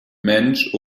mensch